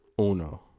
Uno